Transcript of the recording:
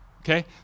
okay